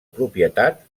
propietat